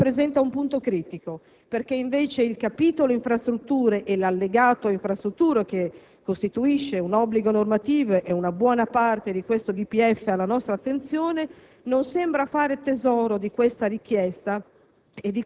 Questo rappresenta un punto critico, perché invece il capitolo infrastrutture, l'allegato infrastrutture, che costituisce un obbligo normativo e una buona parte del DPEF alla nostra attenzione, non sembra fare tesoro di questa richiesta